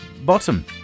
bottom